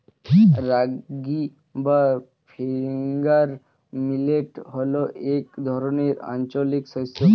রাগী বা finger millet হল এক ধরনের আঞ্চলিক শস্য